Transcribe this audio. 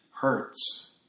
hurts